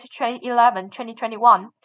2011-2021